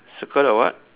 circle the what